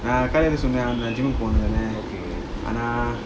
நான்அக்காகிட்டசொன்னேன்வந்து:nan akkakita sonnen vandhu gym போனும்னுஆனா:ponumnu ana